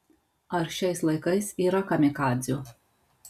ar šiais laikais yra kamikadzių